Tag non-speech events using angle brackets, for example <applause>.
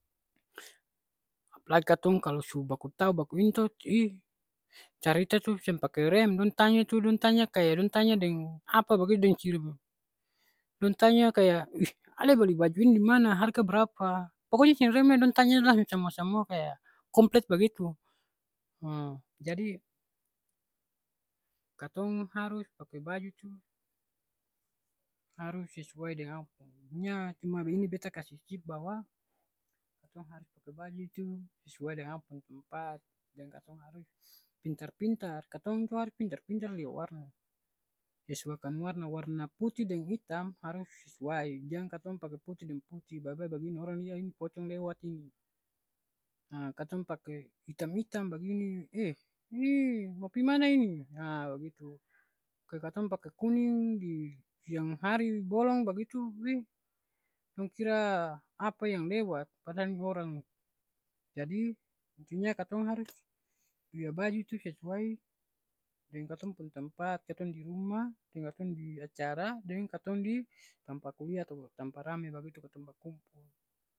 Apalagi katong kalo su baku tau baku ini to, iih, carita tuh seng pake rem. Dong tanya tu dong tanya kaya dong tanya deng apa bagitu, deng sribu dong tanya kaya ish ale bali baju ini dimana? Harga barapa? Pokonya seng ada rem lai dong tanya langsung samua-samua kaya komplit bagitu. <hesitation> jadi katong harus pake baju tu harus sesuai deng akang pung munya cuma ini beta kasih cip bahwa katong harus pake baju tu sesuai deng akang pung tempat, deng katong tu harus pintar-pintar lia warna. Sesuaikan warna, warna putih deng itam harus sesuai, jang katong pake putih deng putih. Bae-bae bagini orang lia ini pocong lewat ini. Ha katong pake itam itam bagini, eh ini mo pi mana ini. Kalo katong pake kuning di siang hari bolong bagitu, weh, dong kira apa yang lewat. Padahal ni orang ni. Jadi intinya katong harus lia baju tu sesuai deng katong pung tempat. Katong di rumah deng katong di acara, deng katong di tampa kuliah atau tampa rame bagitu katong bakumpul.